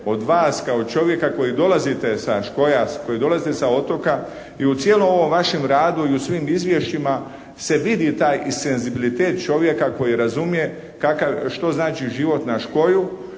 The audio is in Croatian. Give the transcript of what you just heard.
od vas kao čovjeka koji dolazite sa škoja, koji dolazite sa otoka i u cijelom ovom vašem radu i u svim izvješćima se vidi taj senzibilitet čovjeka koji razumije što znači život na škoju